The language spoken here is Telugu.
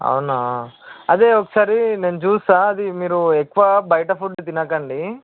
అవునా అదే ఒకసారి నేను చూస్తాను అది మీరు ఎక్కువ బయట ఫుడ్ తినకండి